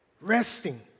resting